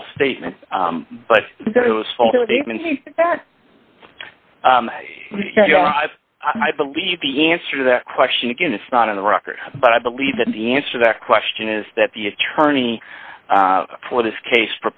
false statement but it was faulty i believe the answer to that question again it's not in the record but i believe that the answer that question is that the attorney for this case